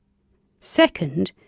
second,